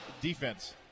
defense